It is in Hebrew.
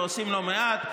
ועושים לא מעט.